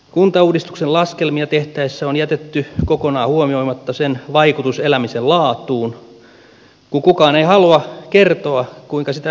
kuntauudistuksen laskelmia tehtäessä on jätetty kokonaan huomioimatta sen vaikutus elämisen laatuun kun kukaan ei halua kertoa kuinka sitä mitattaisiin